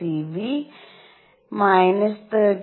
64eV 13